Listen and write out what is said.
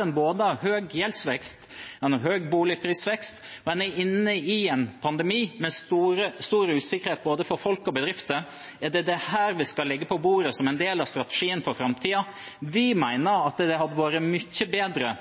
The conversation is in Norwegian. en har høy gjeldsvekst, en har høy boligprisvekst, og en er inne i en pandemi med stor usikkerhet for både folk og bedrifter. Er det dette vi skal legge på bordet som en del av strategien for framtiden? Vi mener at det hadde vært mye bedre